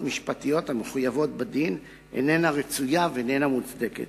משפטיות המחויבות בדין איננה רצויה ואיננה מוצדקת.